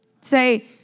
Say